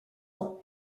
ans